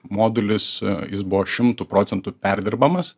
modulis jis buvo šimtu procentų perdirbamas